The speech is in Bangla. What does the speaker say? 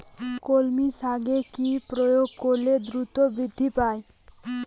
কলমি শাকে কি প্রয়োগ করলে দ্রুত বৃদ্ধি পায়?